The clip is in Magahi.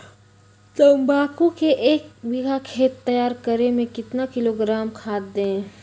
तम्बाकू के एक बीघा खेत तैयार करें मे कितना किलोग्राम खाद दे?